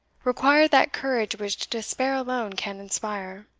required that courage which despair alone can inspire.